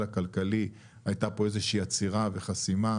הכלכלי הייתה פה איזה שהיא עצירה וחסימה.